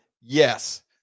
yes